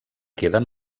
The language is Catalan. queden